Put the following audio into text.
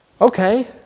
Okay